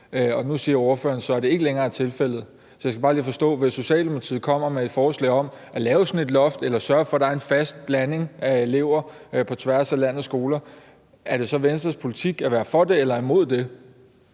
Nu siger ordføreren så, at det ikke længere er tilfældet. Jeg skal bare lige forstå det. Hvis Socialdemokratiet kommer med et forslag om at lave sådan et loft eller sørge for, at der er en fast blanding af elever på tværs af landets skoler, er det så Venstres politik at være for det eller imod det?